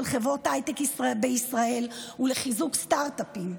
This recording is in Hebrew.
חברות הייטק בישראל ולחיזוק סטרטאפים.